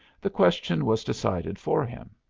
the question was decided for him.